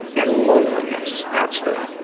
and loneliness that's the.